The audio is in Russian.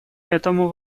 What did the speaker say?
этому